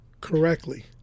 correctly